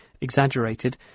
exaggerated